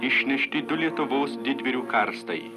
išnešti du lietuvos didvyrių karstai